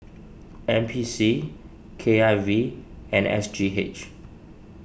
N P C K I V and S G H